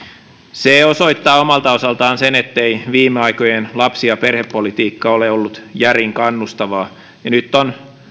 se osoittaa omalta osaltaan sen ettei viime aikojen lapsi ja perhepolitiikka ole ollut järin kannustavaa ja nyt on